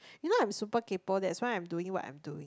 you know I'm super kaypoh that's why I'm doing what I'm doing